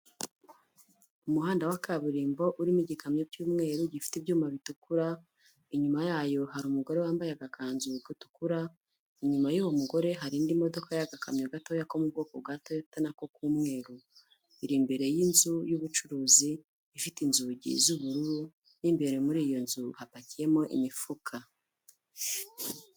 Umuhanda wa kaburimbo urimo igikamyo cy'umweru gifite ibyuma bitukura, inyuma yayo hari umugore wambaye agakanzu gatukura, inyuma y'uwo mugore hari indi modoka y'agakamyo gatoya ko mu bwoko bwa Toyota na ko k'umweru, iri imbere y'inzu y'ubucuruzi ifite inzugi z'ubururu, mo imbere muri iyo nzu hapakiyemo imifuka.